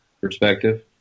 perspective